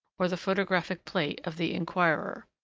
or the photographic plate, of the inquirer.